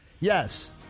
Yes